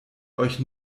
euch